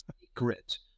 secret